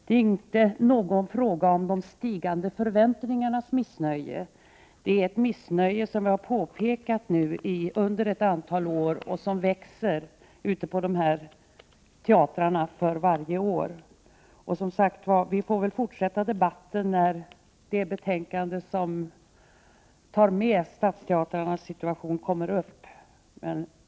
Det är inte fråga om de stigande förväntningarnas missnöje, utan det handlar om ett missnöje som vi har påtalat under ett antal år och som bara växer vid de aktuella teatrarna. Men, som sagt, vi får väl fortsätta debatten när det betänkandet tas upp som rör stadsteatrarnas situation.